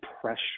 pressure